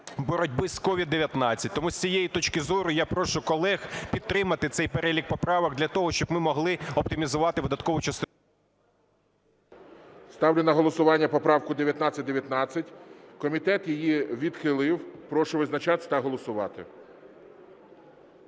боротьби з COVID-19. Тому з цієї точки зору я прошу колег підтримати цей перелік поправок для того, щоб ми могли оптимізувати видаткову частину… ГОЛОВУЮЧИЙ. Ставлю на голосування поправку 1919. Комітет її відхилив. Прошу визначатись та голосувати.